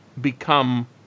become